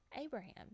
Abraham